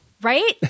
Right